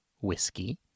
whiskey